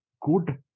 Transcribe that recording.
good